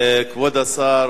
כבוד השר